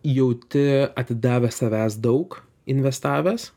jauti atidavęs savęs daug investavęs